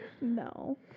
No